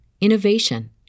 innovation